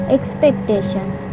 Expectations